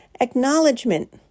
acknowledgement